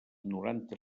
noranta